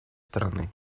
страны